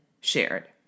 shared